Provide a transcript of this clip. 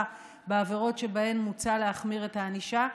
בעבירות שבהן מוצע להחמיר את הענישה,